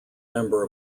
member